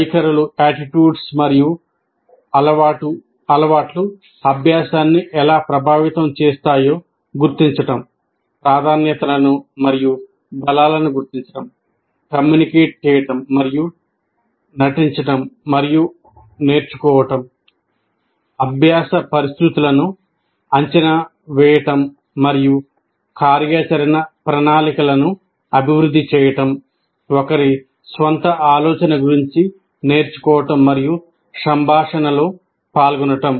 వైఖరులు మరియు అలవాట్లు అభ్యాసాన్ని ఎలా ప్రభావితం చేస్తాయో గుర్తించడం ప్రాధాన్యతలను మరియు బలాలను గుర్తించడం కమ్యూనికేట్ చేయడం మరియు నటించడం మరియు నేర్చుకోవడం అభ్యాస పరిస్థితులను అంచనా వేయడం మరియు కార్యాచరణ ప్రణాళికలను అభివృద్ధి చేయడం ఒకరి స్వంత ఆలోచన గురించి నేర్చుకోవడం మరియు సంభాషణలో పాల్గొనడం